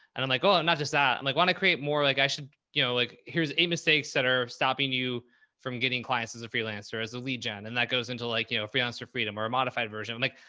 and i'm like, oh, i'm not just that. i'm and like wanting to create more. like i should, you know, like here's eight mistakes that are stopping you from getting clients as a freelancer, as a lead gen. and that goes into like, you know, freelancer freedom or a modified version, like.